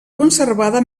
conservada